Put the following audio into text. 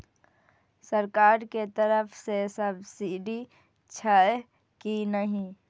सरकार के तरफ से सब्सीडी छै कि नहिं?